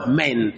men